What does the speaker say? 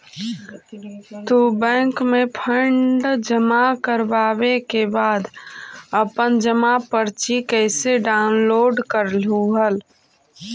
तू बैंक में फंड जमा करवावे के बाद अपन जमा पर्ची कैसे डाउनलोड करलू हल